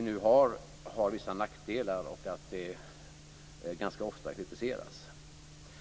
nuvarande systemet har vissa nackdelar och ganska ofta kritiseras.